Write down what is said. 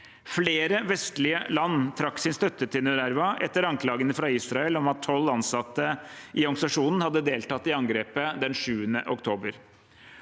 Flere vestlige land trakk sin støtte til UNRWA etter anklagene fra Israel om at tolv ansatte i organisasjonen hadde deltatt i angrepet den 7. oktober.